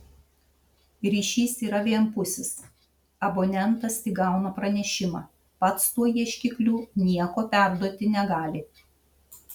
ryšys yra vienpusis abonentas tik gauna pranešimą pats tuo ieškikliu nieko perduoti negali